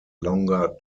longer